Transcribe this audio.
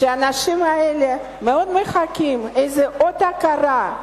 האנשים האלה מאוד מחכים לאיזה אות הכרה,